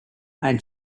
and